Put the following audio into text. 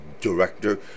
director